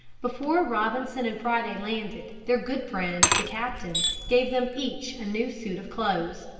before robinson and friday landed, their good friend the captain gave them each a new suit of clothes.